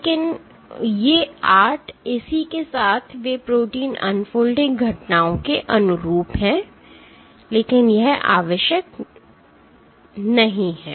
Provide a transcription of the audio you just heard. लेकिन ये 8 इसी के साथ वे प्रोटीन अनफोल्डिंग घटनाओं के अनुरूप हैं लेकिन यह आवश्यक नहीं है